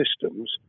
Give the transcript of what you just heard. systems